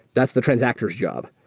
that's the transactor s job.